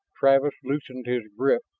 travis loosened his grip,